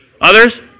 Others